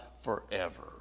forever